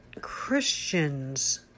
Christians